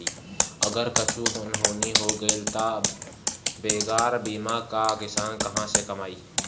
अगर कुछु अनहोनी हो गइल तब तअ बगैर बीमा कअ किसान कहां से कमाई